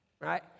right